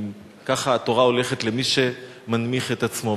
כך התורה הולכת למי שמנמיך את עצמו.